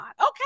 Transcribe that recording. okay